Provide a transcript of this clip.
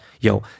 Yo